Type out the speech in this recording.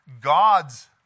God's